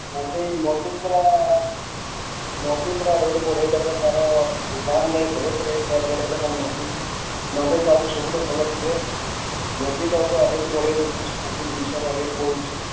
ମୋଦି ମୋଦି ପୁରା ମୋଦି ପୁରା ରେଟ୍ ବଢ଼େଇ ଦୋବ ତାର ହିସାବ ନାହିଁ ବହୁତ ରେଟ୍ ବଢ଼େଇ ଦେବ ନବୀନ ନବୀନ ବାବୁ ସବୁଠୁ ଭଲ ଥିଲେ ମୋଦି ତ ପୁରା ରେଟ୍ ବଢ଼େଇ ଦେଉଛି ସବୁ ଜିନିଷର ରେଟ୍ ବଢ଼େଉଛି